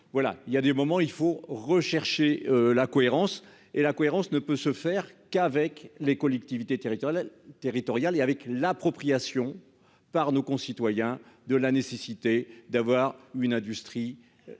il y a des moments il faut rechercher la cohérence et la cohérence ne peut se faire qu'avec les collectivités territoriales territoriale et avec l'appropriation. Par nos concitoyens de la nécessité d'avoir une industrie